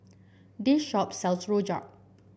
this shop sells rojak